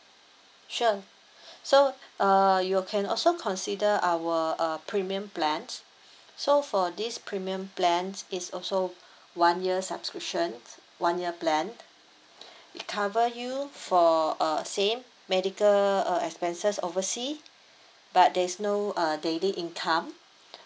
sure so uh you can also consider our uh premium plan so for this premium plan it's also one year subscription one year plan it cover you for uh same medical uh expenses oversea but there is no uh daily income